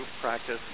practice